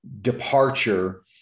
departure